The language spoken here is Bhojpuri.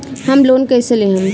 होम लोन कैसे लेहम?